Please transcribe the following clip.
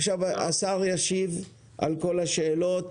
עכשיו השר ישיב על כל השאלות